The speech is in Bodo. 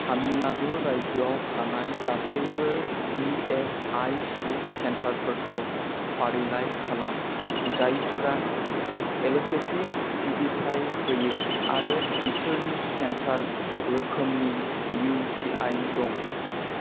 तामिलनाडु रायजोआव थानाय गासैबो इएसआइसि सेन्टारफोरखौ फारिलाइ खालाम जायफोरा एल'पेथि सिबिथाय होयो आरो बिसोरनि सेन्टार रोखोमनि इउटिआइ दं